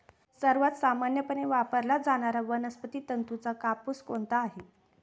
सर्वात सामान्यपणे वापरला जाणारा वनस्पती तंतूचा कापूस कोणता आहे?